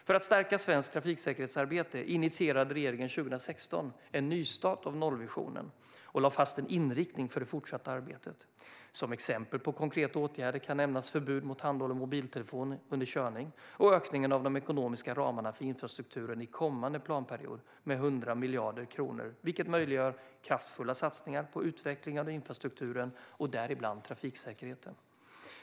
För att stärka svenskt trafiksäkerhetsarbete initierade regeringen 2016 en nystart av nollvisionen och lade fast en inriktning för det fortsatta arbetet. Som exempel på konkreta åtgärder kan nämnas förbud mot handhållen mobiltelefon under körning och ökningen av de ekonomiska ramarna för infrastrukturen i kommande planperiod med drygt 100 miljarder kronor, vilket möjliggör kraftfulla satsningar på utveckling av infrastrukturen och däribland trafiksäkerheten.